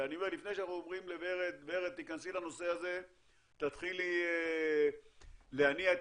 אז לפני שאנחנו אומרים לוורד שתיכנס לנושא הזה ותתחיל להניע את